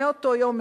מאותו יום,